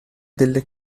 delle